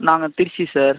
நாங்கள் திருச்சி சார்